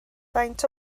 faint